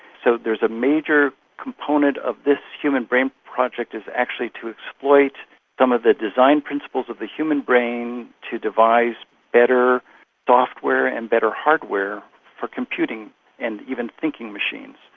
so a ah major component of this human brain project is actually to exploit some of the design principles of the human brain to devise better software and better hardware for computing and even thinking machines.